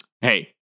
Hey